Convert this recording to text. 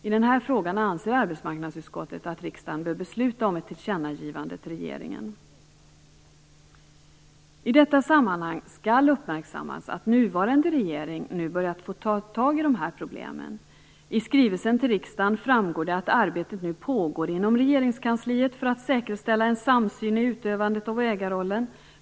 I denna fråga anser arbetsmarknadsutskottet att riksdagen bör besluta om ett tillkännagivande till regeringen. I detta sammanhang skall uppmärksammas att nuvarande regering nu börjat ta tag i problemen. I skrivelsen till riksdagen framgår det att arbetet nu pågår inom Regeringskansliet för att säkerställa en samsyn i utövandet av ägarrollen.